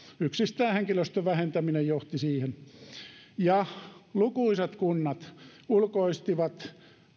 yksistään henkilöstövähentäminen johti siihen lukuisat kunnat ulkoistivat